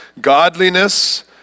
godliness